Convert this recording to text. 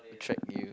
attract you